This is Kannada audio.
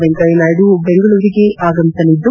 ವೆಂಕಯ್ಟನಾಯ್ಡು ಬೆಂಗಳೂರಿಗೆ ಆಗಮಿಸಲಿದ್ದು